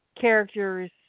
characters